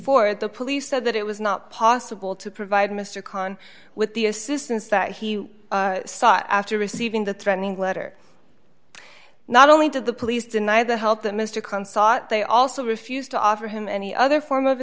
four the police said that it was not possible to provide mr khan with the assistance that he sought after receiving the threatening letter not only did the police deny the help that mr khan sought they also refused to offer him any other form of